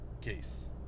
case